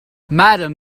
madam